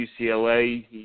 UCLA